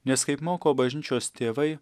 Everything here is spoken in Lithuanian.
nes kaip moko bažnyčios tėvai